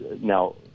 now